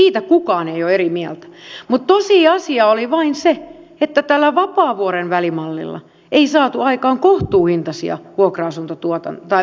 siitä kukaan ei ole eri mieltä mutta tosiasia oli vain se että tällä vapaavuoren välimallilla ei saatu aikaan kohtuuhintaista vuokra asuntotuotantoa